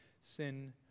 sin